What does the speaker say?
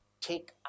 Take